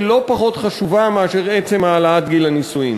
לא פחות חשובה מאשר עצם העלאת גיל הנישואין,